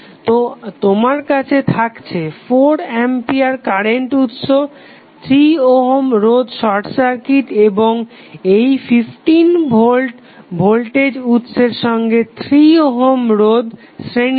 তো তোমার থাকছে 4 আম্পিয়ার কারেন্ট উৎস 3 ওহম রোধ শর্ট সার্কিট এবং এই 15 ভোল্ট ভোল্টেজ উৎস সঙ্গে 3 ওহম রোধ শ্রেণিতে